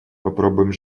попробуем